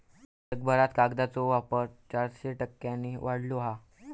जगभरात कागदाचो वापर चारशे टक्क्यांनी वाढलो हा